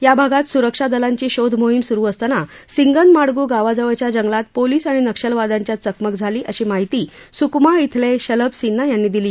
या भागात सुरक्षा दलांची शोध मोहिम सुरु असताना सिंगनमाडगू गावाजवळच्या जंगलात पोलीस आणि नक्षलवाद्यांच्यात चकमक झाली अशी माहिती स्कमा इथल शलभ सिन्हा यांनी दिली